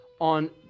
on